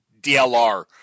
DLR